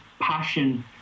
passion